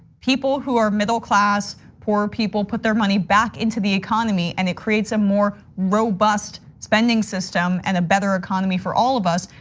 people who are middle class, poor people put their money back into the economy. and it creates a more robust spending system and a better economy for all of us.